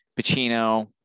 pacino